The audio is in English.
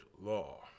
law